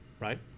Right